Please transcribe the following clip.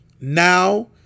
Now